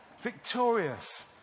victorious